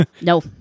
No